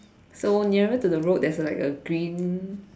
so nearer to the road there's like a green